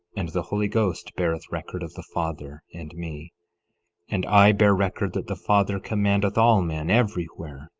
and the holy ghost beareth record of the father and me and i bear record that the father commandeth all men, everywhere,